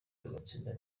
tugatsinda